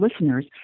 listeners